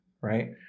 right